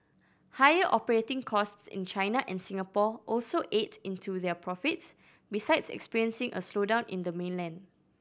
higher operating costs in China and Singapore also ate into their profits besides experiencing a slowdown in the mainland